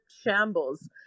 shambles